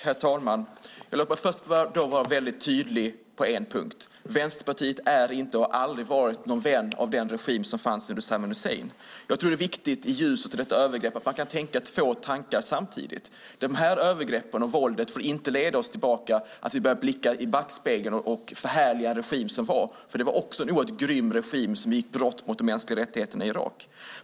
Herr talman! Låt mig först vara mycket tydlig på en punkt: Vänsterpartiet är inte och har aldrig varit någon vän av den regim som fanns under Saddam Hussein. Jag tror att det är viktigt - i ljuset av detta övergrepp - att man kan tänka två tankar samtidigt. De här övergreppen och det här våldet får inte leda oss tillbaka, så att vi börjar blicka i backspegeln och förhärliga den regim som var, för det var en oerhört grym regim som begick brott mot de mänskliga rättigheterna i Irak.